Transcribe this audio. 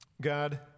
God